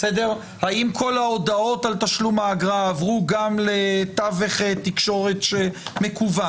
האם כל ההודעות על תשלום האגרה עברו גם לתווך תקשורת מקוון.